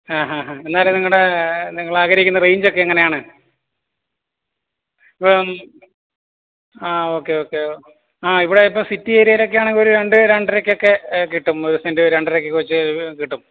ഹാ ഹാ ഹാ എന്നാലും നിങ്ങളുടെ നിങ്ങൾ ആഗ്രഹിക്കുന്ന റേയ്ഞ്ചക്കെ എങ്ങനാണ് ഇപ്പം ആ ഒക്കെ ഒക്കെ ആ ഇവിടെ ഇപ്പം സിറ്റീ ഏര്യേലക്കെയാണെങ്കിൽ ഒരു രണ്ട് രണ്ടരക്കൊക്കെ കിട്ടും ഒരു സെൻറ്റ് രണ്ടരക്കൊക്കെ വെച്ച് കിട്ടും